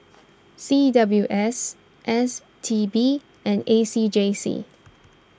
C W S S T B and A C J C